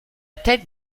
tête